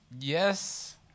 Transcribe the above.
Yes